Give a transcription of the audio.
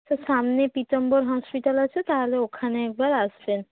তা সামনে পীতাম্বর হসপিটাল আছে তাহলে ওখানে একবার আসবেন